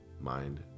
mind